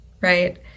right